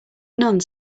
nuns